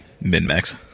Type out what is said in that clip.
Min-max